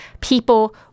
people